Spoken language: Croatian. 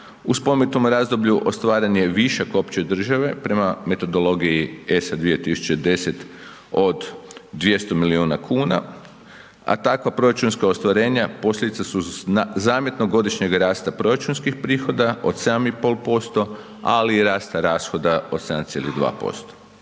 U spomenutom razdoblju ostvaren je višak opće države prema metodologiji ESA 2010 od 200 milijuna kuna, takva proračunska ostvarenja posljedica su zamjetnog godišnjeg rasta proračunskih prihoda od 7,5%, ali i rasta rashoda od 7,2%.